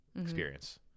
experience